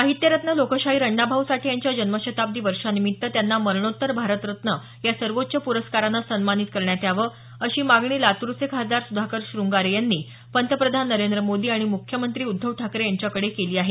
साहित्यरत्न लोकशाहीर अण्णाभाऊ साठे यांच्या जन्मशताब्दी वर्षानिमित्त त्यांना मरणोत्तर भारतरत्न या सर्वोच्च प्रस्काराने सन्मानित करण्यात यावं अशी मागणी लातूरचे खासदार सुधाकर श्रंगारे यांनी पंतप्रधान नरेंद्र मोदी आणि मुख्यमंत्री उद्धव ठाकरे यांच्याकडे केली आहे